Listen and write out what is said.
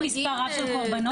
מאתרים מספר רב של הקורבנות.